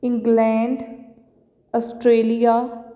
England Australia